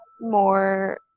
more